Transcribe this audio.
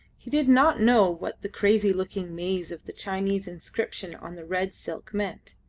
he did not know what the crazy-looking maze of the chinese inscription on the red silk meant.